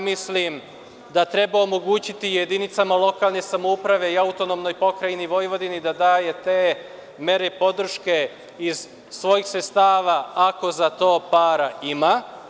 Mislim da treba omogućiti jedinicama lokalne samouprave i AP Vojvodini da daje te mere podrške iz svojih sredstava, ako za to para ima.